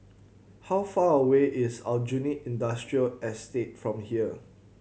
how far away is Aljunied Industrial Estate from here